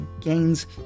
gains